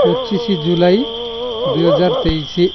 ପଚିଶ ଜୁଲାଇ ଦୁଇହଜାର ତେଇଶ